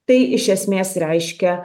tai iš esmės reiškia